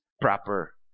proper